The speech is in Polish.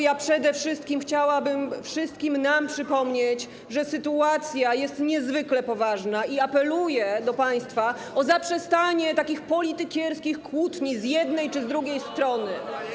Ja przede wszystkim chciałabym wszystkim nam przypomnieć, że sytuacja jest niezwykle poważna, i apeluję do państwa o zaprzestanie takich politykierskich kłótni z jednej czy z drugiej strony.